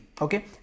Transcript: okay